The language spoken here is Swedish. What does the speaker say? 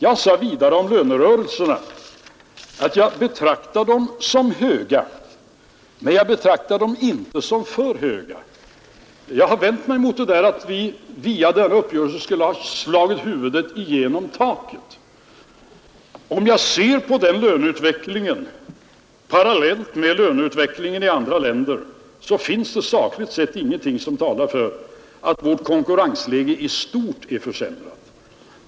Jag sade vidare om löneökningarna, att jag betraktar dem som höga men inte för höga. Jag har vänt mig mot påståendet att vi genom uppgörelsen skulle ha slagit huvudet genom taket. Om jag ser på vår löneutveckling parallellt med löneutvecklingen i andra länder, finner jag sakligt sett ingenting som talar för att vårt konkurrensläge i stort är försämrat.